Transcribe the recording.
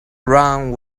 wrong